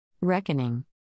Reckoning